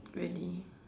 really